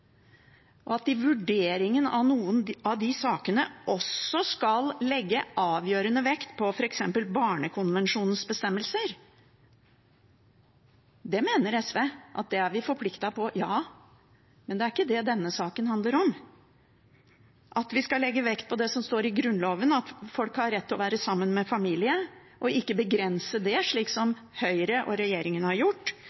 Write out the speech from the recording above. At det i vurderingen av noen av de sakene også skal legges avgjørende vekt på f.eks. Barnekonvensjonens bestemmelser, det mener SV at vi er forpliktet på – men det er ikke det denne saken handler om. Vi skal legge vekt på det som står i Grunnloven, at folk har rett til å være sammen med familie – og ikke begrense det, slik